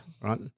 Right